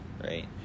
right